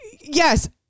Yes